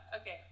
okay